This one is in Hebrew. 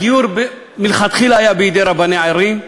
הגיור מלכתחילה היה בידי רבני ערים,